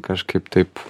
kažkaip taip